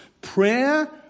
prayer